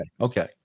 Okay